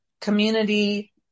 community